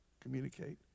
communicate